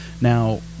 Now